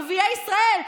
ערביי ישראל,